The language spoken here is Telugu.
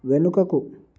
వెనుకకు